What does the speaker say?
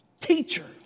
teacher